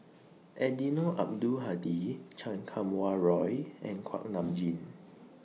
Eddino Abdul Hadi Chan Kum Wah Roy and Kuak Nam Jin